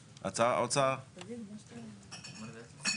בדיוק.